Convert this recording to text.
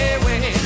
away